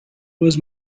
was